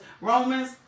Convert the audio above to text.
Romans